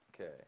Okay